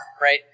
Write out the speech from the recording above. right